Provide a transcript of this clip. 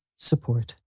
support